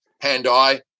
hand-eye